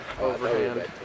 overhand